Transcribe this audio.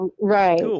Right